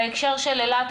בהקשר של אילת,